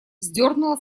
сдернула